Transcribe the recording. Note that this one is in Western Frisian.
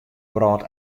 wrâld